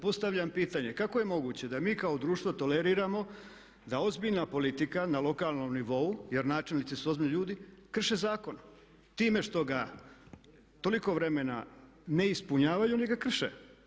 Postavljam pitanje, kako je moguće da mi kao društvo toleriramo da ozbiljna politika na lokalnom nivou, jer načelnici su ozbiljni ljudi krše zakone time što ga toliko vremena ne ispunjavaju, nego ga krše.